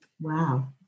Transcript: Wow